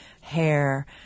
hair